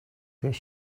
this